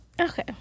Okay